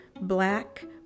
black